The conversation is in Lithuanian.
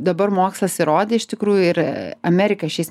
dabar mokslas įrodė iš tikrųjų ir amerika šiais